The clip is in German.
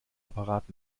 apparat